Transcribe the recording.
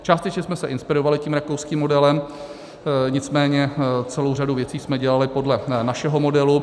Částečně jsme se inspirovali tím rakouským modelem, nicméně celou řadu věcí jsme dělali podle našeho modelu.